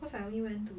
cause I only went to